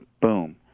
Boom